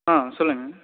ஆ சொல்லுங்க